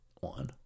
one